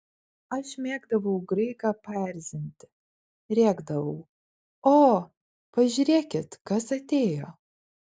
aš mėgdavau graiką paerzinti rėkdavau o pažiūrėkit kas atėjo